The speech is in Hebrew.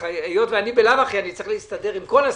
היות שאני בלאו הכי צריך להסתדר עם כל הסיעות,